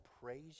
praise